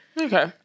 Okay